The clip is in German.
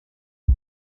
sei